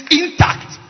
intact